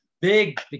Big